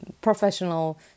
professional